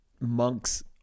monks